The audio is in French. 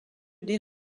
des